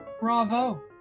Bravo